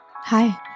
Hi